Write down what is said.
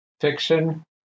fiction